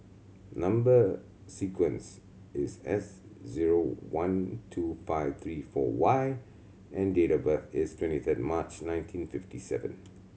number sequence is S zero one two five three four Y and date of birth is twenty third March nineteen fifty seven